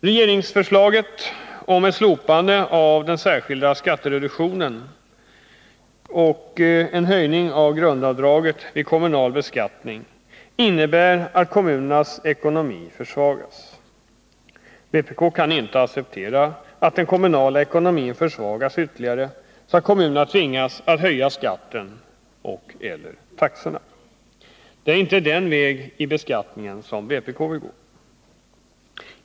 Regeringsförslaget om ett slopande av den särskilda skattereduktionen och en höjning av grundavdraget vid kommunal beskattning innebär att kommunernas ekonomi försvagas. Vpk kan inte acceptera att den kommunala ekonomin försvagas ytterligare, så att kommunerna tvingas att höja skatten och/eller taxorna. Det är inte den väg i fråga om beskattningen som vpk vill gå.